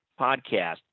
Podcast